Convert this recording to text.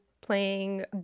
playing